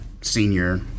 senior